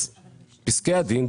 פסקי הדיון,